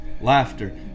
Laughter